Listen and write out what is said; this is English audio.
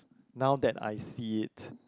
now that I see it